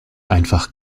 einfach